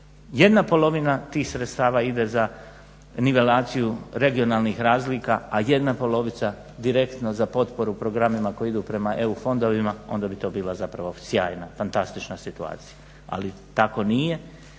da je ½ tih sredstava ide za nivelaciju regionalnih razlika, a ½ direktno za potporu programima koji idu prema EU fondovima onda bi to bila zapravo sjajna, fantastična situacija. Ali tako nije